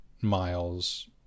Miles